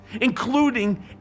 including